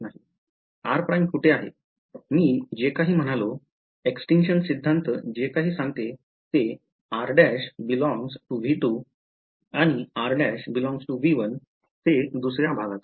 r prime कुठे आहे मी जे काही म्हणालो extinction सिद्धांत जे काही सांगते ते म्हणजे r′∈ V 2 आणि r′∈ V 1 ते हि दुसऱ्या भागात